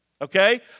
Okay